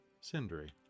Sindri